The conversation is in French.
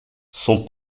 son